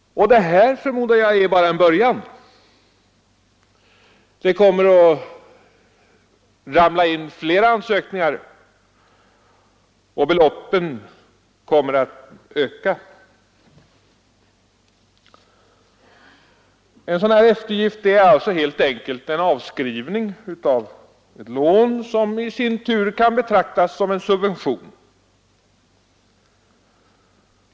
Detta, förmodar jag, är bara en början. Det kommer att ramla in fler ansökningar, och beloppen kommer att öka. En sådan här eftergift är helt enkelt en avskrivning av ett lån, som i sin tur kan betraktas som en subvention.